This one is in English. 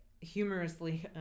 humorously